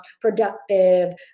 productive